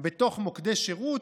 בתוך מוקדי שירות,